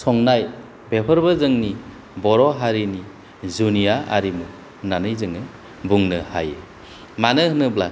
संनाय बेफोरबो जोंनि बर' हरिनि जुनिया आरिमु होननानै जोङो बुंनो हायो मानो होनोब्ला